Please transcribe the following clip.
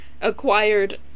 acquired